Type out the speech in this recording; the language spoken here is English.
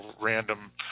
random